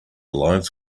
lives